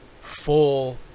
full